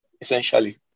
essentially